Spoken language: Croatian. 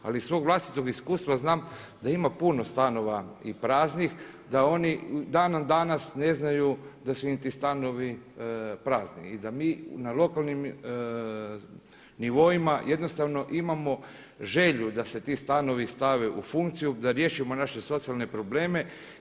Ali iz svog vlastitog iskustva znam da ima puno stanova i praznih, da oni ni dan danas ne znaju da su im ti stanovi prazni i da mi na lokalnim nivoima jednostavno imamo želju da se ti stanovi stave u funkciju da riješimo naše socijalne probleme.